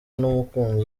n’umukunzi